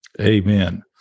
Amen